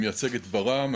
אני מייצג את ור"מ,